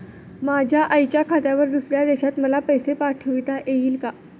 माझ्या आईच्या खात्यावर दुसऱ्या देशात मला पैसे पाठविता येतील का?